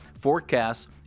forecasts